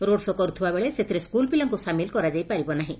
road show' କରୁଥିବା ବେଳେ ସେଥିରେ ସ୍କୁଲ ପିଲାଙ୍କୁ ସାମିଲ କରାଯାଇପାରିବ ନାହିଁ